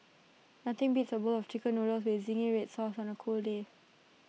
nothing beats A bowl of Chicken Noodles with Zingy Red Sauce on A cold day